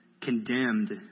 condemned